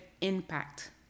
impact